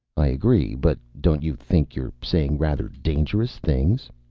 i agree. but don't you think you're saying rather dangerous things?